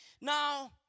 Now